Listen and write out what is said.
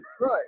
right